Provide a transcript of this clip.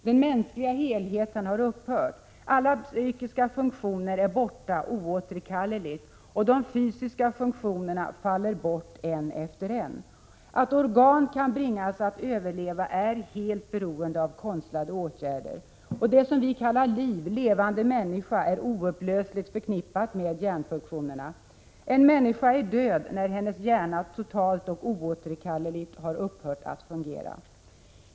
Den mänskliga helheten har upphört. Alla psykiska funktioner är borta, oåterkalleligt. De fysiska funktionerna faller bort en efter en. Att organ kan bringas att överleva är helt beroende av konstlade åtgärder. Det som vi kallar liv, levande människa, är oupplösligt förknippat med hjärnfunktionerna. En människa är död när hennes hjärna totalt och oåterkalleligt har upphört att fungera.